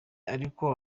ariko